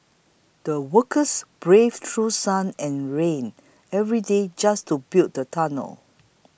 the workers braved through sun and rain every day just to build the tunnel